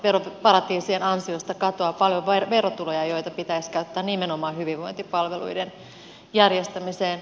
veroparatiisien ansiosta katoaa paljon verotuloja joita pitäisi käyttää nimenomaan hyvinvointipalveluiden järjestämiseen